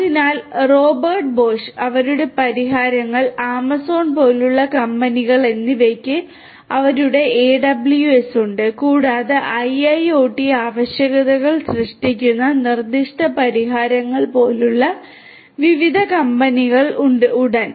അതിനാൽ Robert Bosch അവരുടെ പരിഹാരങ്ങൾ ആമസോൺ പോലുള്ള കമ്പനികൾ എന്നിവയ്ക്ക് അവരുടെ AWS ഉണ്ട് കൂടാതെ IIoT ആവശ്യകതകൾ സൃഷ്ടിക്കുന്ന നിർദ്ദിഷ്ട പരിഹാരങ്ങൾ പോലുള്ള വിവിധ കമ്പനികൾ ഉണ്ട് ഉടൻ